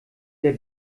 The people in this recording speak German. der